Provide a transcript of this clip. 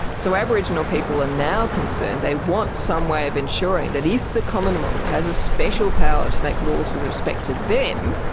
so aboriginal people are and now concerned, they want some way of ensuring that if the commonwealth has a special power to make laws with respect to them,